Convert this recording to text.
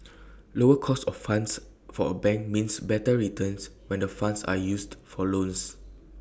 lower cost of funds for A bank means better returns when the funds are used for loans